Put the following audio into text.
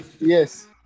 Yes